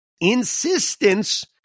insistence